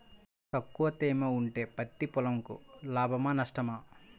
తక్కువ తేమ ఉంటే పత్తి పొలంకు లాభమా? నష్టమా?